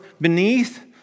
beneath